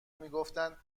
میگفتن